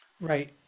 right